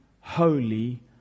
holy